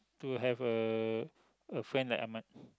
to have a a friend like ahmad